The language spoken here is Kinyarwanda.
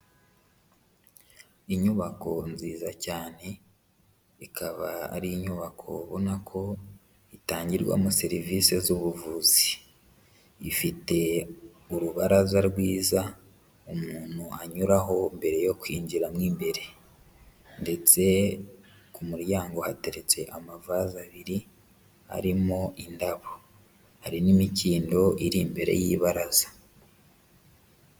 Inyubako nziza cyane, ikaba ari inyubako ubona ko itangirwamo serivisi z'ubuvuzi, ifite urubaraza rwiza umuntu anyuraho mbere yo kwinjiramo imbere ndetse ku muryango hateretse amavaze abiri arimo indabo, hari n'imikindo iri imbere y'ibaraza.